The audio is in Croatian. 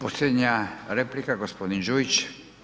Posljednja replika gospodin Đujić.